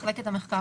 מחלקת המחקר,